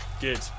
Good